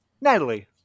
Natalie